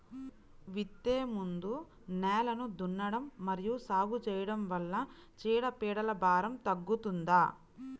విత్తే ముందు నేలను దున్నడం మరియు సాగు చేయడం వల్ల చీడపీడల భారం తగ్గుతుందా?